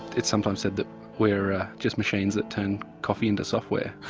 it's sometimes said that we're just machines that turn coffee into software.